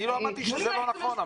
אני לא אמרתי שזה לא נכון,